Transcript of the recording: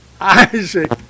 Isaac